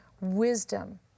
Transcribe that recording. wisdom